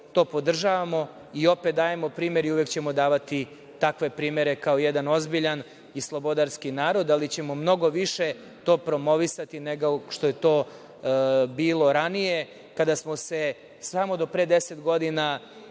to podržavamo i opet dajemo primer i uvek ćemo davati takve primere kao jedan ozbiljan i slobodarski narod, ali ćemo mnogo više to promovisati nego što je to bilo ranije, kada smo se samo do pre 10 godina